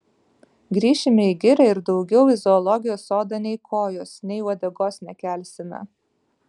grįšime į girią ir daugiau į zoologijos sodą nei kojos nei uodegos nekelsime